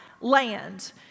land